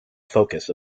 focus